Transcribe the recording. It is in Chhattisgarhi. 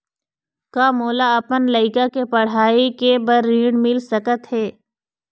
का मोला अपन लइका के पढ़ई के बर ऋण मिल सकत हे?